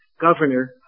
Governor